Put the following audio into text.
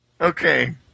Okay